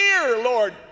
Lord